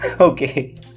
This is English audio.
Okay